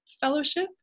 Fellowship